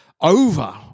over